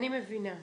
אני מבינה.